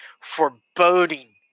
foreboding